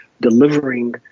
delivering